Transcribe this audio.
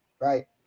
Right